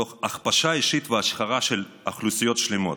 תוך הכפשה אישית והשחרה של אוכלוסיות שלמות,